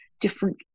different